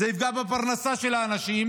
זה יפגע בפרנסה של האנשים.